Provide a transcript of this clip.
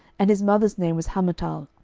and his mother's name was hamutal,